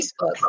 Facebook